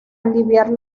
aliviar